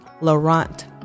Laurent